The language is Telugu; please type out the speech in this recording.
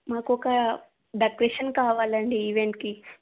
నాకు ఒక డెకరేషన్ కావలండి ఈవెంట్ కి